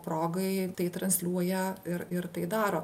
progai tai transliuoja ir ir tai daro